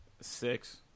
Six